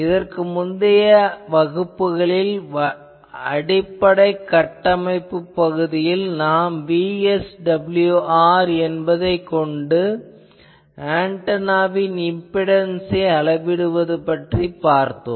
இதற்கு முந்தைய வகுப்புகளில் அடிப்படை கட்டமைப்புப் பகுதியில் நாம் VSWR என்பதைக் கொண்டு ஆன்டெனாவின் இம்பிடன்சை அளவிடுவது பற்றிப் பார்த்தோம்